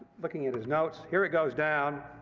looking at his notes, here it goes down.